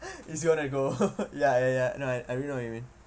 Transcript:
you still want to go ya ya ya no I really know what you mean